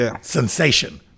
sensation